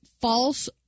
false